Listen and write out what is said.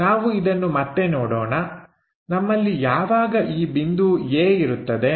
ನಾವು ಇದನ್ನು ಮತ್ತೆ ನೋಡೋಣ ನಮ್ಮಲ್ಲಿ ಯಾವಾಗ ಈ ಬಿಂದು A ಇರುತ್ತದೆ